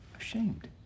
ashamed